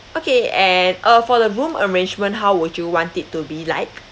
okay and uh for the room arrangement how would you want it to be like